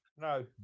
No